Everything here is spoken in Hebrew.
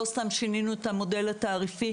לא סתם שינינו את המודל התעריפי,